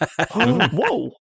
Whoa